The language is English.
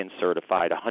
certified